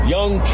Young